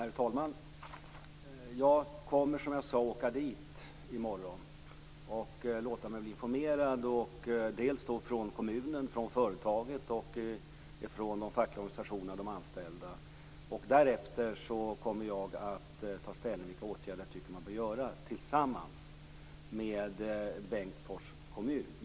Herr talman! Jag kommer, som jag sade, att åka dit i morgon och låta mig informeras, dels av kommunen, dels av företaget, dels av de fackliga organisationerna och de anställda. Därefter kommer jag att ta ställning till vilka åtgärder som jag tycker att man bör göra tillsammans med Bengtsfors kommun.